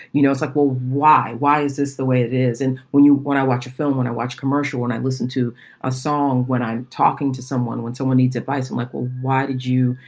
you know, it's like, well, why why is this the way it is? and when you when i watch a film, when i watch commercial, when i listen to a song, when i'm talking to someone, when someone needs advice and like, well, why did you,